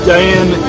Diane